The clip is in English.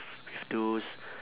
with those